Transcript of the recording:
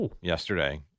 yesterday